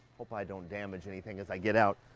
hope i don't damage anything as i get out.